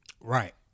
Right